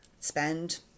spend